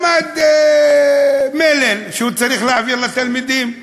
למד מלל שהוא צריך להעביר לתלמידים.